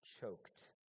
Choked